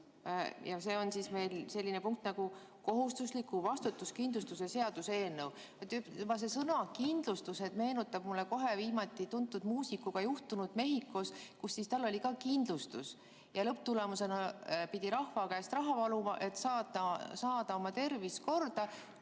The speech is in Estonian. Ja see on meil selline punkt nagu kohustusliku vastutuskindlustuse seaduse eelnõu. Juba see sõna "kindlustus" meenutab mulle kohe viimati tuntud muusikuga juhtunut Mehhikos. Tal oli ka kindlustus, aga lõpptulemusena pidi rahva käest raha paluma, et saada oma tervis korda,